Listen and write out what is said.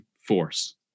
force